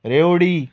रेवडी